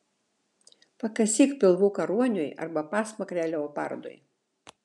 pakasyk pilvuką ruoniui arba pasmakrę leopardui